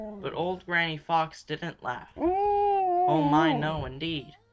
but old granny fox didn't laugh oh, my, no, indeed!